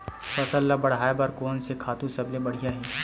फसल ला बढ़ाए बर कोन से खातु सबले बढ़िया हे?